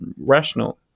rational